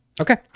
Okay